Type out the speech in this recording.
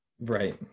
right